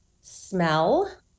smell